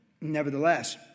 nevertheless